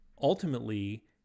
ultimately